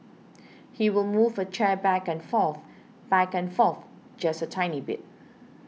he will move a chair back and forth back and forth just a tiny bit